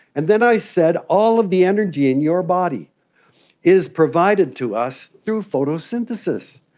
and then i said, all of the energy in your body is provided to us through photosynthesis.